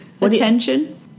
Attention